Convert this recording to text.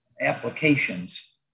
applications